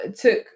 took